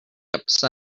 upset